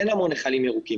אין המון נמחלים ירוקים.